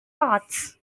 parts